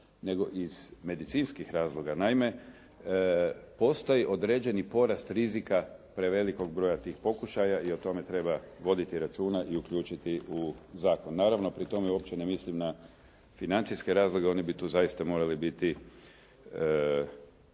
nego iz medicinskih razloga. Naime, postoji određeni porast rizika prevelikog broja tih pokušaja i o tome treba voditi računa i uključiti u zakon. Naravno, pri tome uopće ne mislim na financijske razloge, oni bi tu zaista morali biti neću